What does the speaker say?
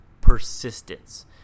Persistence